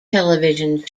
television